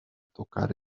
tocar